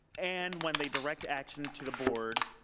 and when they direct action to the board,